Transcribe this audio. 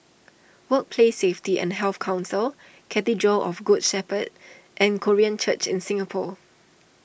Workplace Safety and Health Council Cathedral of the Good Shepherd and Korean Church in Singapore